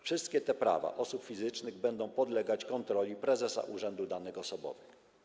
Wszystkie te prawa osób fizycznych będą podlegać kontroli prezesa urzędu danych osobowych.